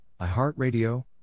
iHeartRadio